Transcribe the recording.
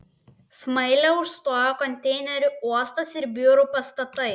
smailę užstojo konteinerių uostas ir biurų pastatai